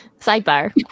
Sidebar